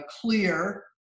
clear